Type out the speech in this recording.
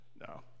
no